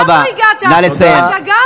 גם לא הגעת, תודה רבה.